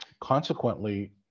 consequently